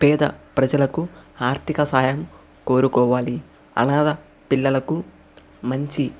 పేద ప్రజలకు ఆర్థిక సాయం కోరుకోవాలి అనాథ పిల్లలకు మంచి